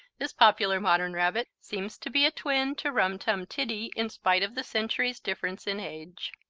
this popular modern rabbit seems to be a twin to rum tum tiddy in spite of the centuries' difference in age.